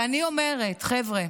ואני אומרת, חבר'ה,